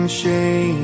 shame